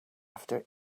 after